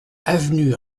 avenue